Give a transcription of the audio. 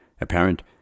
apparent